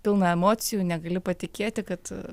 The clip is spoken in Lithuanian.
pilna emocijų negaliu patikėti kad